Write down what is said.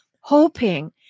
hoping